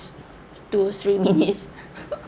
two three minutes